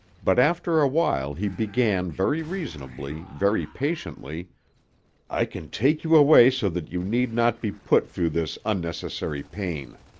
but after a while he began very reasonably, very patiently i can take you away so that you need not be put through this unnecessary pain.